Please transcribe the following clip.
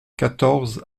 quatorze